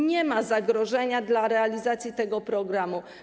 Nie ma zagrożenia dla realizacji tego programu.